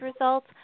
results